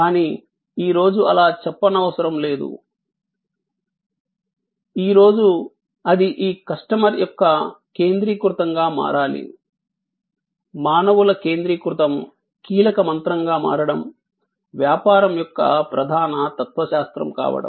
కానీ ఈ రోజు అలా చెప్పనవసరం లేదు ఈ రోజు అది ఈ కస్టమర్ యొక్క కేంద్రీకృతంగా మారాలి మానవుల కేంద్రీకృతం కీలక మంత్రంగా మారడం వ్యాపారం యొక్క ప్రధాన తత్వశాస్త్రం కావడం